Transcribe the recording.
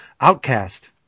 Outcast